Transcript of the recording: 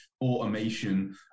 automation